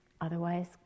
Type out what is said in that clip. Otherwise